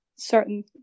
certain